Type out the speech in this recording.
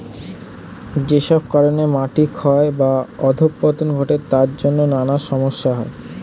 যেসব কারণে মাটি ক্ষয় বা অধঃপতন ঘটে তার জন্যে নানা সমস্যা হয়